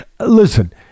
Listen